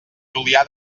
julià